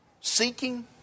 seeking